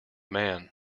man